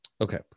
Okay